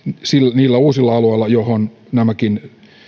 niillä uusilla alueilla joihin nämäkin